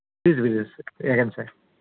please visit us again sir